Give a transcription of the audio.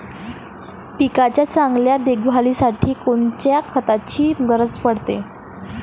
पिकाच्या चांगल्या देखभालीसाठी कोनकोनच्या खताची गरज पडते?